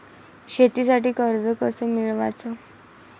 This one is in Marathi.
शेतीसाठी कर्ज कस मिळवाच?